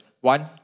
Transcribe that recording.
One